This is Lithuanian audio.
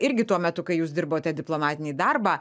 irgi tuo metu kai jūs dirbote diplomatinį darbą